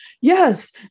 yes